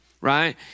right